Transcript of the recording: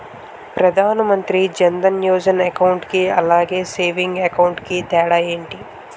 Pradhan Mantri Jan Dhan Yojana account కి అలాగే savings account కి తేడా ఏంటి?